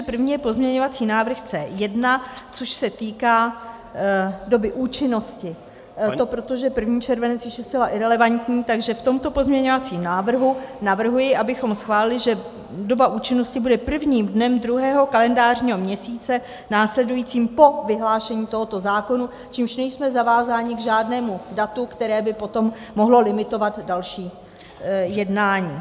První je pozměňovací návrh C1, což se týká doby účinnosti, a to proto, že 1. červenec již je zcela irelevantní, tak v tomto pozměňovacím návrhu navrhuji, abychom schválili, že doba účinnosti bude prvním dnem druhého kalendářního měsíce následujícím po vyhlášení tohoto zákona, čímž nejsme zavázáni k žádnému datu, které by potom mohlo limitovat další jednání.